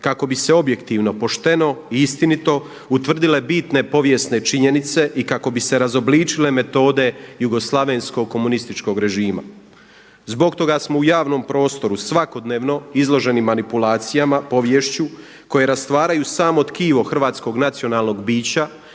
kako bi se objektivno, pošteno i istinito utvrdile bitne povijesne činjenice i kako bi se razobličile metode jugoslavenskog komunističkog režima. Zbog toga smo u javnom prostoru svakodnevno izloženi manipulacijama, poviješću koje rastvaraju samo tkivo hrvatskog nacionalnog bića